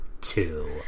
two